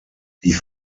die